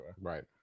right